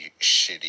shitty